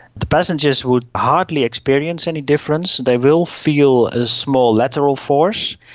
the passengers would hardly experience any difference, they will feel a small lateral force.